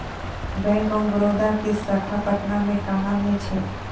Bank of Baroda के शाखा पटना मे कहां मे छै?